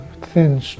thin